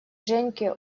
женьке